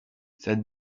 cette